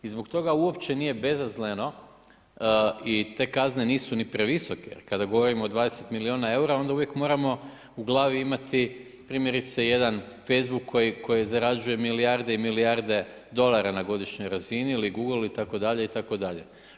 I zbog toga uopće nije bezazleno i te kazne nisu ni previsoke, jer kada govorimo o 20 milijuna eura, onda uvijek moramo u glavi imati, primjerice jedan Facebook koji zarađuje milijarde i milijarde dolara na godišnjoj razini ili Google itd. itd.